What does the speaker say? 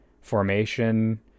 formation